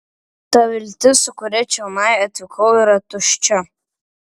ta viltis su kuria čionai atvykau yra tuščia